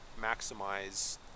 maximize